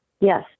Yes